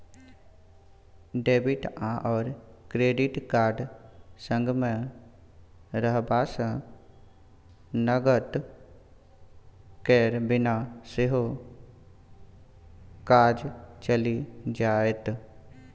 debit आओर credit card संगमे रहबासँ नगद केर बिना सेहो काज चलि जाएत